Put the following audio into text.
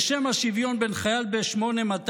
ושמא השוויון בין חייל ב-8200,